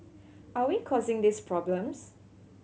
are we causing these problems